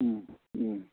ও ও